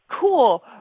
cool